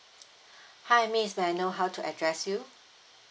hi miss may I know how to address you